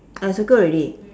I circle already